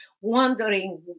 wondering